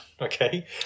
Okay